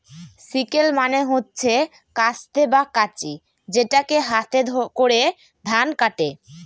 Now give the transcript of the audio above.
sickle মানে হচ্ছে কাস্তে বা কাঁচি যেটাকে হাতে করে ধান কাটে